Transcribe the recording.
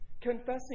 confessing